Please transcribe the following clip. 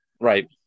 right